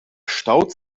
staut